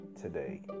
today